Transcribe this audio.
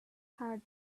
powered